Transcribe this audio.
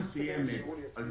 במדינה מסוימת על